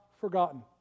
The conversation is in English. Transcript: forgotten